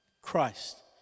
Christ